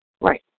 Right